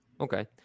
Okay